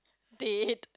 dead